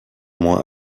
moins